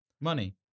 money